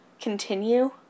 continue